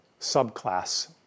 subclass